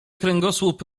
kręgosłup